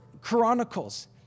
Chronicles